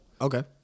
Okay